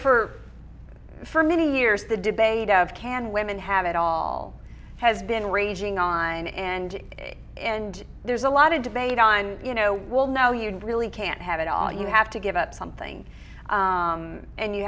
for for many years the debate of can women have it all has been raging on and and there's a lot of debate on you know well no you really can't have it all you have to give up something and you